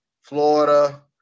Florida